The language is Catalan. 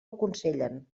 aconsellen